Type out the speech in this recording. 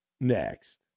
next